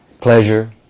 pleasure